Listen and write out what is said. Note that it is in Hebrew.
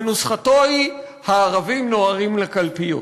ונוסחתו היא: הערבים נוהרים לקלפיות.